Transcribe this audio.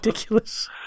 ridiculous